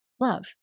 Love